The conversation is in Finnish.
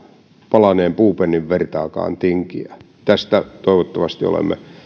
palaneen puupennin vertaakaan tinkiä tästä toivottavasti olemme